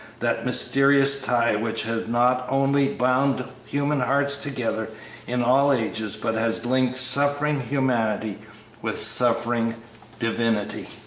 that mysterious tie which has not only bound human hearts together in all ages, but has linked suffering humanity with suffering divinity.